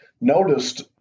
noticed